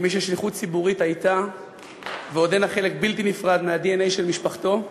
כמי ששליחות ציבורית הייתה ועודנה חלק בלתי נפרד מהדנ"א של משפחתו,